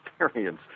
experience